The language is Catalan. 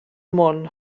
món